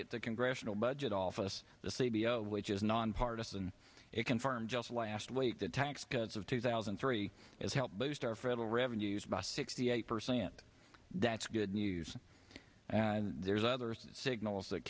at the congressional budget office c b o which is nonpartizan it confirmed just last week the tax cuts of two thousand and three as helped boost our federal revenues by sixty eight percent that's good news and there's other signals that